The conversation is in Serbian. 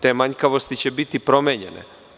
Te manjkavosti će biti promenjene.